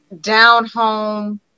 down-home